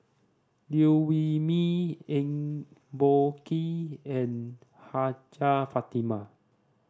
Liew Wee Mee Eng Boh Kee and Hajjah Fatimah